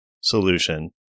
solution